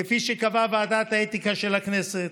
כפי שקבעה ועדת האתיקה של הכנסת,